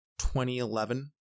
2011